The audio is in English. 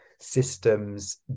systems